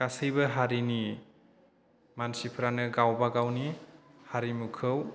गासिबो हारिनि मानसिफ्रानो गावबा गावनि हारिमुखौ